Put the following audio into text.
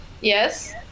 Yes